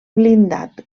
blindat